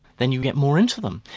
then you get more into them.